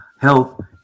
health